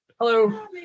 Hello